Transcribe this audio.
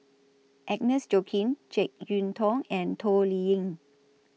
Agnes Joaquim Jek Yeun Thong and Toh Liying